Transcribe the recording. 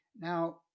Now